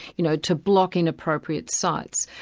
you know to block inappropriate sites,